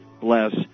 bless